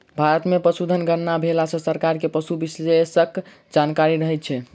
भारत मे पशुधन गणना भेला सॅ सरकार के पशु विषयक जानकारी रहैत छै